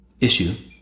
issue